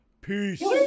Peace